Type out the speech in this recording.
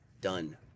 done